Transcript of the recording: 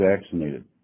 vaccinated